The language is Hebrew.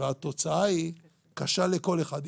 והתוצאה קשה לכל אחד.